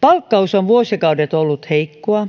palkkaus on vuosikaudet ollut heikkoa